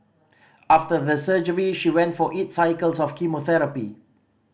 after the surgery she went for eight cycles of chemotherapy